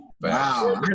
Wow